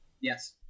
Yes